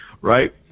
Right